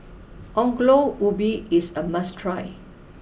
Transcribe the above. Ongol Ubi is a must try